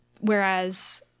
whereas